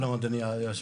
שלום, אדוני היושב-ראש.